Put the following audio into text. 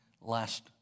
last